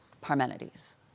Parmenides